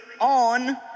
on